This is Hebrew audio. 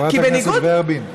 חברת הכנסת ורבין,